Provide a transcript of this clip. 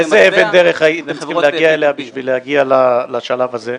לאיזו אבן דרך הייתם צריכים להגיע בשביל להגיע לשלב הזה?